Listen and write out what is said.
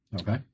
Okay